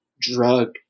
drug